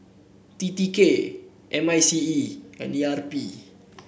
T T K M I C E and E R P